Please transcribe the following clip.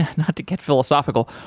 not to get philosophical.